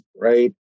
right